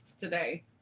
today